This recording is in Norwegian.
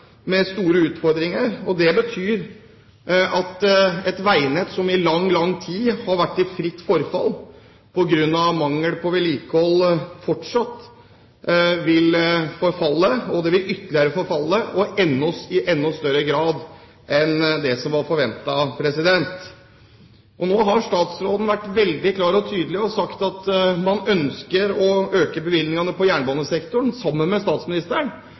med store utfordringer. Det betyr at et veinett som i lang, lang tid har forfalt på grunn av mangel på vedlikehold, fortsatt vil forfalle, og det vil forfalle i enda større grad enn det som var forventet. Nå har statsråden, sammen med statsministeren, vært veldig klar og tydelig og sagt at man ønsker å øke bevilgningene til jernbanesektoren.